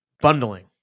bundling